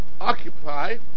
Occupy